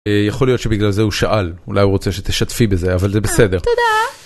יכול להיות שבגלל זה הוא שאל, אולי הוא רוצה שתשתפי בזה, אבל זה בסדר. אה, תודה.